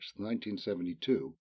1972